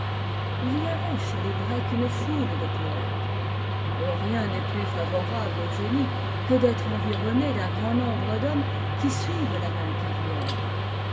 il y avait chez les grecs une foule de poëtes et rien n'est plus favorable au génie que d'être environné d'un grand nombre d'hommes qui suivent la même carrière